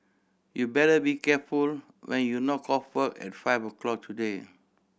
you better be careful when you knock off work at five o'clock today